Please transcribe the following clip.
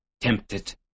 tempted